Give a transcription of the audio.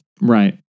Right